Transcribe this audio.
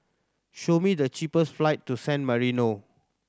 show me the cheapest flight to San Marino